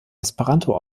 esperanto